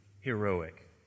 heroic